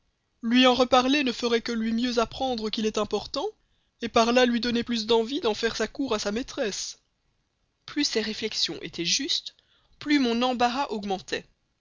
lui en reparler ne ferait que lui mieux apprendre qu'il est important par là lui donner plus d'envie d'en faire sa cour à sa maîtresse plus ces réflexions étaient justes plus mon embarras augmentait